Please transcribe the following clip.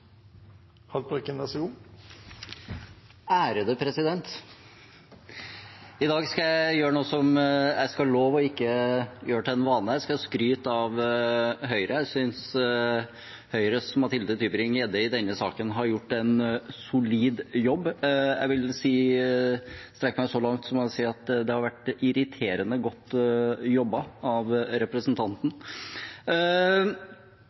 I dag skal jeg gjøre noe jeg skal love ikke å gjøre til en vane: Jeg skal skryte av Høyre. Jeg synes Høyres Mathilde Tybring-Gjedde har gjort en solid jobb i denne saken. Jeg vil strekke meg så langt som å si at det har vært irriterende godt jobbet av representanten.